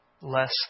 less